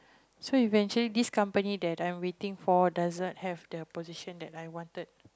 so eventually this company that I'm waiting for doesn't have the position that I wanted